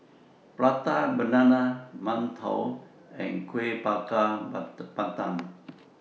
Prata Banana mantou and Kuih Bakar Pandan